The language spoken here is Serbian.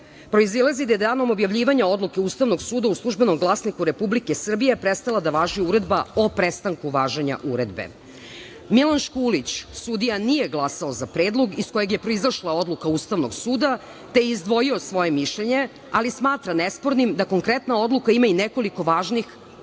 zakonom. Proizilazi da je danom objavljivanja odluke Ustavnog suda u „Službenom glasniku Republike Srbije“ prestala da važi Uredba o prestanku važenja uredbe. Miloš Kulić sudija nije glasao za predlog iz kojeg je proizašla odluka Ustavnog suda, te je izdvojio svoje mišljenje, ali smatra nespornim da konkretna odluka ima i nekoliko važnih, kako